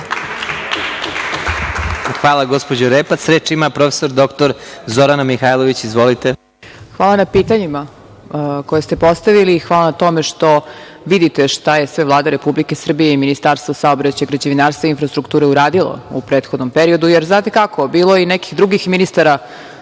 Hvala, gospođo Repac. Reč ima prof. dr Zorana Mihajlović. Izvolite. **Zorana Mihajlović** Hvala na pitanjima koje ste postavili i hvala na tome što vidite šta je sve Vlada Republike Srbije i Ministarstvo saobraćaja, građevinarstva i infrastrukture uradilo u prethodnom periodu. Jer, znate kako, bilo je i nekih drugih ministara